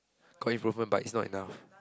got improvement but it's not enough